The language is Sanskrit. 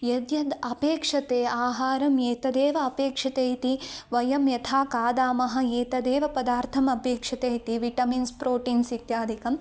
यद्यद् अपेक्षते आहारम् एतदेव अपेक्षते इति वयं यथा खादामः एतदेव पदार्थम् अपेक्षते इति विटमिन्स् प्रोटीन्स् इत्यादिकम्